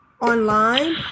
online